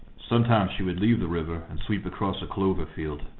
sometimes she would leave the river and sweep across a clover-field.